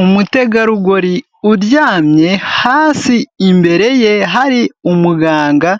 Umutegarugori uryamye hasi, imbere ye hari umuganga